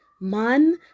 man